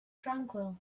tranquil